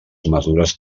mesures